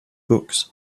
books